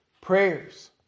prayers